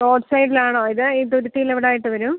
road സൈഡിലാണോ ഇത് ഈ തുരുത്തിൽ എവിടെ ആയിട്ട് വരും